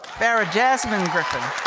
farah jasmine griffin.